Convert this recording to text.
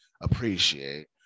appreciate